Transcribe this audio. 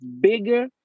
bigger